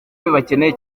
bibakeneye